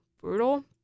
brutal